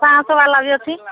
ପାଞ୍ଚ ଶହ ବାଲା ବି ଅଛି